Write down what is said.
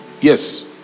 Yes